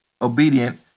obedient